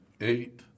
eight